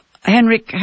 Henrik